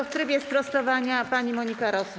W trybie sprostowania pani Monika Rosa.